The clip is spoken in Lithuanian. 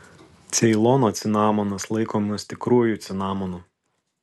ceilono cinamonas laikomas tikruoju cinamonu